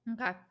Okay